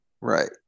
Right